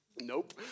nope